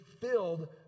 filled